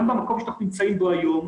גם במקום שאנחנו נמצאים בו היום,